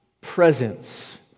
presence